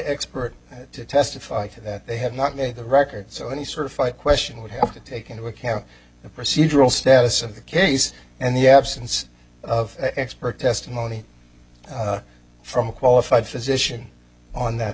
expert to testify that they had not made the record so any sort of fight question would have to take into account the procedural status of the case and the absence of expert testimony from a qualified physician on that